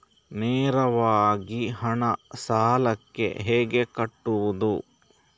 ನೇರವಾಗಿ ಹಣ ಸಾಲಕ್ಕೆ ಹೇಗೆ ಕಟ್ಟುವುದು?